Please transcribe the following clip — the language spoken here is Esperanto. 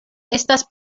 estas